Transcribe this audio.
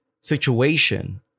situation